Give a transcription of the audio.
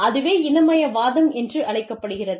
அதுவே இனமயவாதம் என்று அழைக்கப்படுகிறது